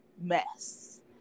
mess